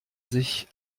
sich